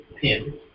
pin